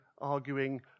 arguing